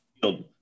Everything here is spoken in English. field